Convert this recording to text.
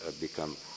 become